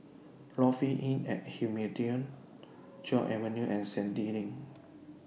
Lofi Inn At Joo Avenue and Sandy Lane